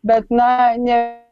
bet na ne